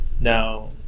Now